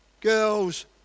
girls